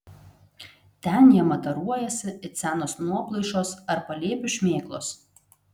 ten jie mataruojasi it senos nuoplaišos ar palėpių šmėklos